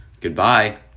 goodbye